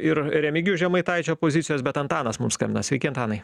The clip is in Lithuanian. ir remigijaus žemaitaičio pozicijos bet antanas mums skambina sveiki antanai